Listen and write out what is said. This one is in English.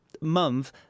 month